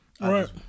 right